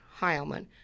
Heilman